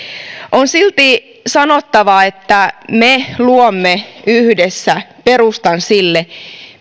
on silti sanottava että me luomme yhdessä perustan sille